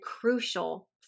crucial